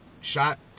shot